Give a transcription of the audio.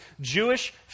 Jewish